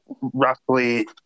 roughly